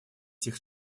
всех